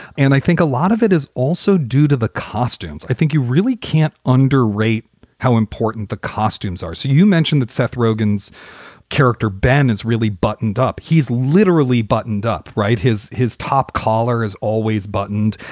and i think a lot of it is also due to the costumes. i think you really can't underrate how important the costumes are. so you mentioned that seth rogan's character, ben, is really buttoned up. he's literally buttoned up. right. his his top collar is always buttoned.